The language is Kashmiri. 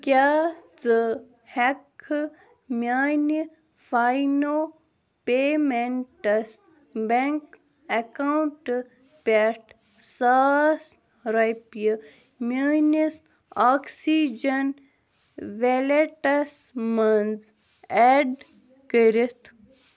کیٛاہ ژٕ ہٮ۪کہٕ کھہٕ میٛانہِ فاینو پیمٮ۪نٛٹَس بٮ۪نٛک اٮ۪کاوُنٛٹ پٮ۪ٹھ ساس رۄپیہٕ میٛٲنِس آکسِجَن ویلیٹَس منٛز اٮ۪ڈ کٔرِتھ